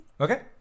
Okay